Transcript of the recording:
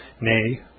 nay